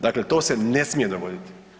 Dakle, to se ne smije dogoditi.